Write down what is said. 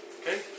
Okay